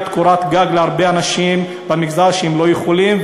קורת-גג להרבה אנשים במגזר שלא יכולים,